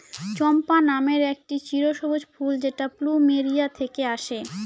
চম্পা নামের একটি চিরসবুজ ফুল যেটা প্লুমেরিয়া থেকে আসে